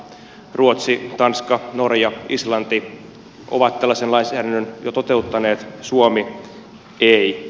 ruotsi tanska norja islanti ovat tällaisen lainsäädännön jo toteuttaneet suomi ei